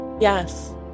Yes